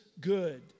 good